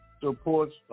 supports